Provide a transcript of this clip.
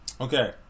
Okay